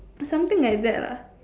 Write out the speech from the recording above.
something like that lah